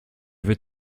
vais